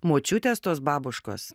močiutės tos babuškos